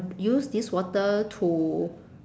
use this water to